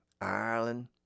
Ireland